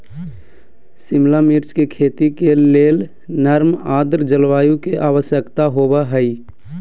शिमला मिर्च के खेती के लेल नर्म आद्र जलवायु के आवश्यकता होव हई